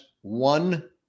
one